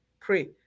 pray